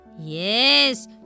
Yes